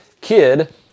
kid